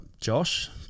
Josh